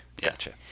Gotcha